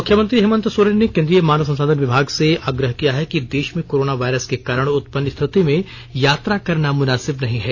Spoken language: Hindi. मुख्यमंत्री हेमन्त सोरेन ने केंद्रीय मानव संसाधन विभाग से आग्रह किया है कि देश में कोरोना वायरस के कारण उत्पन्न स्थिति में यात्रा करना मुनासिब नहीं है